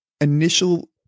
initial